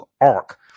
arc